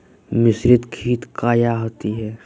मिसरीत खित काया होती है?